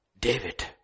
David